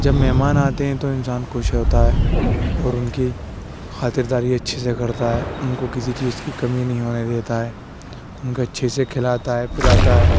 جب مہمان آتے ہیں تو انسان خوش ہوتا ہے اور ان کی خاطرداری اچھے سے کرتا ہے ان کو کسی چیز کی کمی نہیں ہونے دیتا ہے ان کو اچھے سے کھلاتا ہے پلاتا ہے